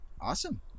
Awesome